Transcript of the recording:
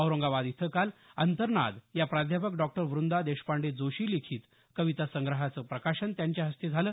औरंगाबाद इथं काल अंतर्नाद या प्राध्यापक डॉक्टर वृंदा देशपांडे जोशी लिखीत कविता संग्रहाचं प्रकाशन त्याच्या हस्ते झालं